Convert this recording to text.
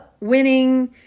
winning